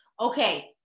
Okay